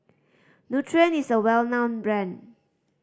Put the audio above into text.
nutren is a well known brand